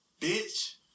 Bitch